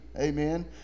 Amen